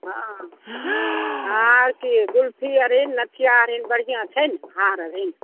हँ आर की जुल्फी अरिन नथिया अरिन बढ़िऑं छै ने हार अरिन